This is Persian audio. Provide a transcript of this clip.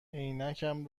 عینکم